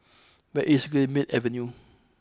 where is Greenmead Avenue